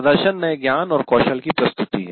प्रदर्शन नए ज्ञान और कौशल की प्रस्तुति है